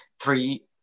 three